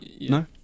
no